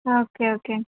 okay okay